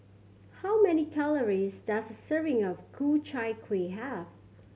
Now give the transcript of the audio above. how many calories does a serving of Ku Chai Kueh have